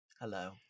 Hello